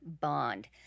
bond